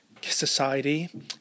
Society